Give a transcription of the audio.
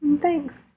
Thanks